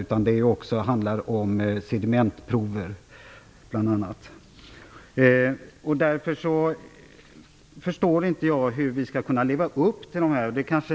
Det handlar också bl.a. om segmentprover. Jag förstår inte hur vi skall kunna leva upp till åtagandena.